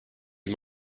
you